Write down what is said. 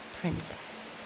princess